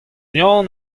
yann